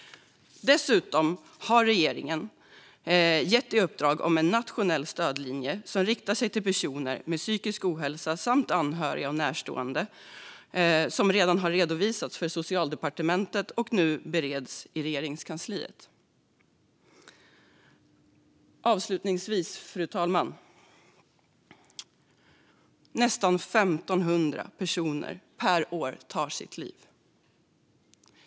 Dessutom har regeringen gett i uppdrag att inrätta en nationell stödlinje som riktar sig till personer med psykisk ohälsa samt anhöriga och närstående, som redan har redovisats för Socialdepartementet och nu bereds i Regeringskansliet. Avslutningsvis, fru talman: Nästan 1 500 personer per år tar sitt liv.